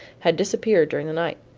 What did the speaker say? had disappeared during the night?